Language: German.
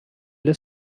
des